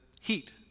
heat